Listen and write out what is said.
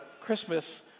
Christmas